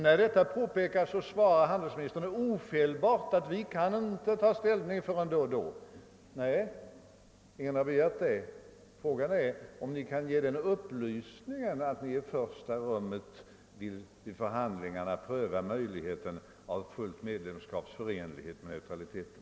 När detta påpekas svarar handelsministern ofelbart att vi inte kan ta ställning förrän senare. Nej, ingen har begärt det heller. Frågan är om Ni kan ge den upplysningen att Ni vid förhandlingarna i främsta rummet vill pröva möjligheten av fullt medlemskaps förenlighet med neutraliteten.